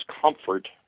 comfort